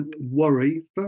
worry